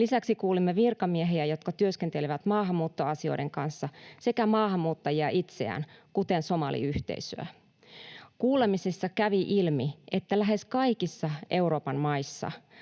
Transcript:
Lisäksi kuulimme virkamiehiä, jotka työskentelevät maahanmuuttoasioiden kanssa sekä itse maahanmuuttajia, kuten somaliyhteisöä. Kuulemisissa kävi ilmi, että lähes kaikissa Euroopan maissa,